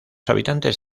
habitantes